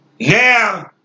Now